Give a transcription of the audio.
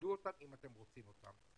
תכבדו אותם אם אתם רוצים אותם.